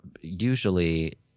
usually